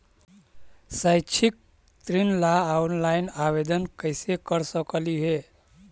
शैक्षिक ऋण ला ऑनलाइन आवेदन कैसे कर सकली हे?